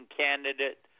candidate